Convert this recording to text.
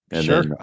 Sure